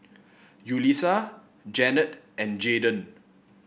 Yulisa Janet and Jayden